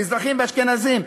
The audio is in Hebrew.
מזרחים ואשכנזים,